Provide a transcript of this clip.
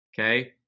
okay